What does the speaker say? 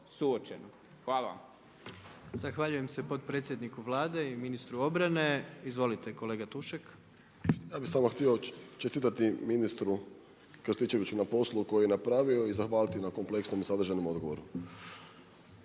Gordan (HDZ)** Zahvaljujem se potpredsjedniku Vlade i ministru obrane. Izvolite kolega Tušek. **Tušek, Žarko (HDZ)** Ja bi samo htio čestitati ministru Krstičeviću na poslu koji je napravio i zahvaliti na kompleksom i sadržajnom odgovoru.